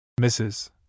Mrs